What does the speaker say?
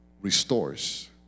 restores